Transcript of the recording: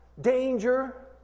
Danger